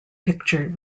picture